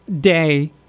day